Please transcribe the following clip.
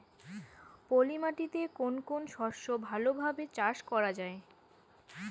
পলি মাটিতে কোন কোন শস্য ভালোভাবে চাষ করা য়ায়?